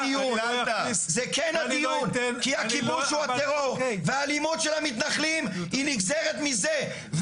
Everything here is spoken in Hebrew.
זה כן הדיון כי הכיבוש הוא הטרור והאלימות של המתנחלים היא נגזרת מזה,